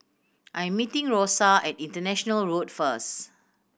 I'm meeting Rosa at International Road first